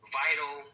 vital